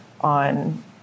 on